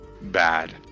bad